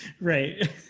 Right